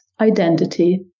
identity